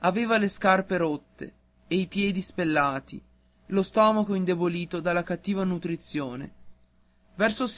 aveva le scarpe rotte i piedi spellati lo stomaco indebolito dalla cattiva nutrizione verso